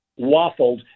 waffled